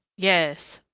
yes,